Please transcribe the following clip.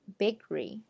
bakery